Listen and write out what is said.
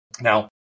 Now